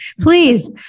Please